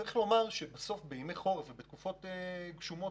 צריך לומר שבימי חורף ובתקופות גשומות